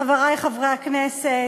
חברי חברי הכנסת,